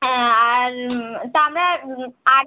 হ্যাঁ আর তা আমরা আর